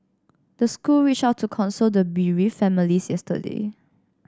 the school reached out to console the bereaved families yesterday